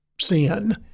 sin